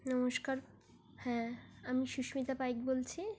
নমস্কার হ্যাঁ আমি সুস্মিতা পাইক বলছি